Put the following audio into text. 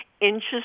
Interest